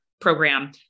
program